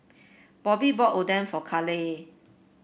Bobbye bought Oden for Caleigh